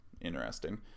interesting